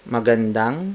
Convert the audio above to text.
Magandang